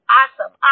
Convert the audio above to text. awesome